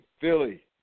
Philly